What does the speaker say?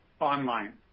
online